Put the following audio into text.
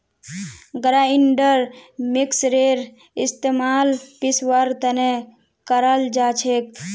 grinder मिक्सरेर इस्तमाल पीसवार तने कराल जाछेक